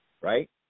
right